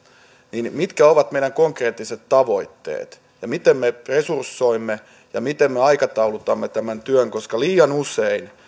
niin mitkä ovat meidän konkreettiset tavoitteemme ja miten me resursoimme ja miten me aikataulutamme tämän työn liian usein